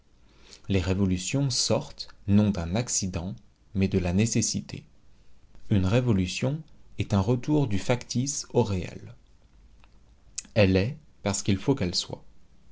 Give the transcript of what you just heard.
les révolutions sortent non d'un accident mais de la nécessité une révolution est un retour du factice au réel elle est parce qu'il faut qu'elle soit